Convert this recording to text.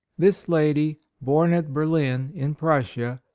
this lady, born at berlin, in prussia,